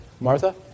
Martha